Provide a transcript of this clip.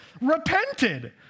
repented